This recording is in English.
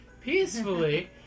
peacefully